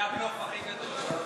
זה הבלוף הכי גדול.